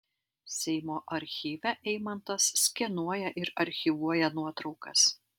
seimo archyve eimantas skenuoja ir archyvuoja nuotraukas